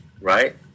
right